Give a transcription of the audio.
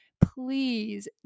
please